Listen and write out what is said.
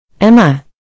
Emma